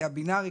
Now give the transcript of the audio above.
הא-בינארי,